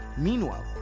Meanwhile